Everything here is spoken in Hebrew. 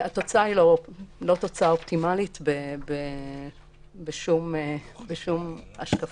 התוצאה היא לא אופטימלית בשום השקפה.